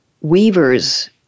weavers